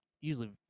usually